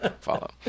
follow